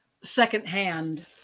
secondhand